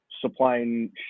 supplying